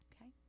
okay